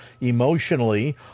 emotionally